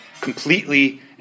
completely